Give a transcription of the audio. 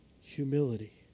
Humility